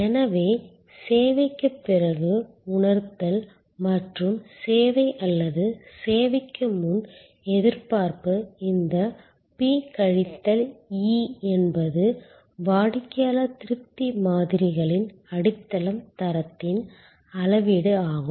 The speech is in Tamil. எனவே சேவைக்குப் பிறகு உணர்தல் மற்றும் சேவை அல்லது சேவைக்கு முன் எதிர்பார்ப்பு இந்த P கழித்தல் E என்பது வாடிக்கையாளர் திருப்தி மாதிரிகளின் அடித்தளம் தரத்தின் அளவீடு ஆகும்